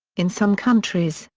in some countries,